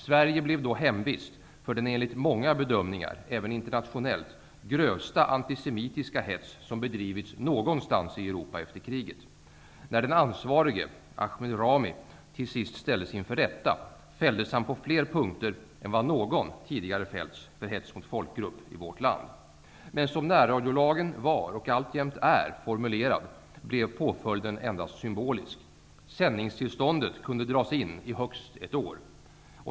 Sverige blev då hemvist för den enligt många bedömningar -- även internationellt -- grövsta antisemitiska hets som bedrivits någonstans i Europa efter kriget. När den ansvarige, Ahmed Rami, till sist ställdes inför rätta fälldes han på flera punkter än någon tidigare fällts för hets mot folkgrupp i vårt land. Men som närradiolagen var -- och alltjämt är -- formulerad blev påföljden endast symbolisk. Sändningstillståndet kunde dras in i högst ett år.